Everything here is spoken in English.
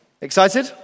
Excited